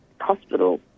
hospital